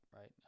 right